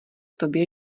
tobě